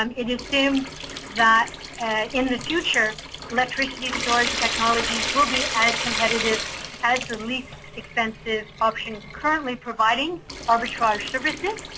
um it is seen that in the future electricity storage technology will be as competitive as the least expensive option currently providing providing arbitrage services,